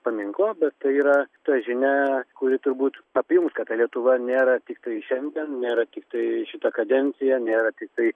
paminklo bet tai yra ta žinia kuri turbūt apjungs kada lietuva nėra tiktai šiandien nėra tiktai šita kadencija nėra tiktai